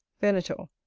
venator.